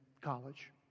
college